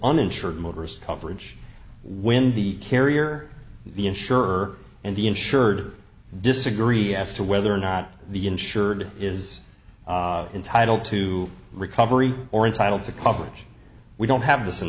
uninsured motorist coverage when the carrier the insurer and the insured disagree as to whether or not the insured is entitle to recovery or entitled to coverage we don't have this in